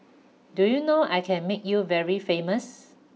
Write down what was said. do you know I can make you very famous